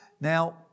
Now